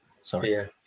sorry